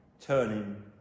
turning